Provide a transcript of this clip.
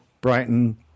Brighton